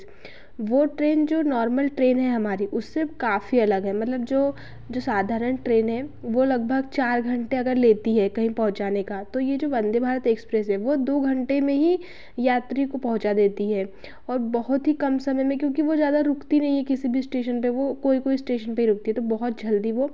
वह ट्रेन जो normal train है हमारी उससे काफ़ी अलग है मतलब जो जो साधारण ट्रेन है वह लगभग चार घंटे अगर लेती है कहीं पहुँचाने का तो यह जो वंदे भारत एक्सप्रेस है वह दो घंटे में ही यात्री को पहुँचा देती है और बहुत ही कम समय में क्योंकि वह ज़्यादा रुकती नहीं है किसी भी स्टेशन पर वह कोई कोई स्टेशन पर रूकती है तो बहुत जल्दी वह